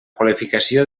qualificació